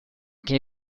che